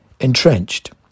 entrenched